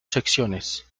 secciones